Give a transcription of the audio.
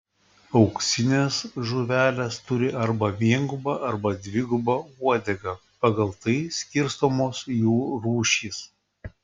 auksinės žuvelės turi arba viengubą arba dvigubą uodegą pagal tai skirstomos jų rūšys